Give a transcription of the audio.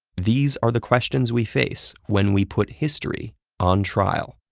these are the questions we face when we put history on trial.